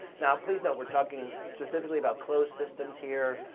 now, please note we're talking specifically about closed systems here.